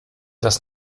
das